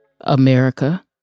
America